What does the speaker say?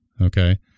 Okay